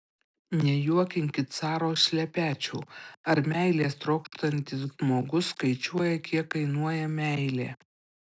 nejuokinkit caro šlepečių ar meilės trokštantis žmogus skaičiuoja kiek kainuoja meilė